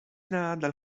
nadal